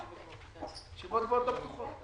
ישיבות גבוהות לא פתוחות.